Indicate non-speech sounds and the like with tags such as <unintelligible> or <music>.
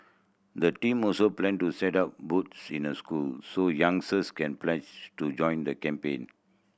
the team also plan to set up booths in the schools so young <unintelligible> can pledge to join the campaign